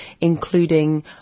including